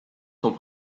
sont